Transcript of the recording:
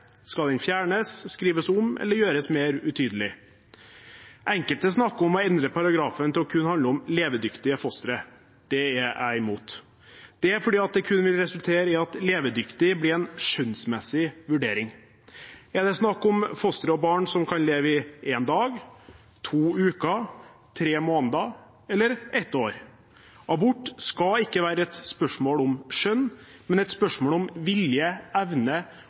Skal den fjernes, skrives om eller gjøres mer utydelig? Enkelte snakker om å endre paragrafen til kun å handle om levedyktige fostre. Det er jeg imot. Det er fordi det kun vil resultere i at «levedyktig» blir en skjønnsmessig vurdering. Er det snakk om foster og barn som kan leve i én dag, to uker, tre måneder eller ett år? Abort skal ikke være et spørsmål om skjønn, men et spørsmål om vilje, evne